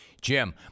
Jim